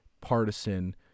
partisan